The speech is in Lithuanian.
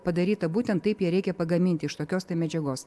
padaryta būtent taip ją reikia pagaminti iš tokios tai medžiagos